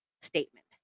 statement